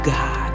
God